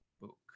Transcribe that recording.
book